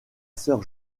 sœur